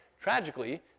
Tragically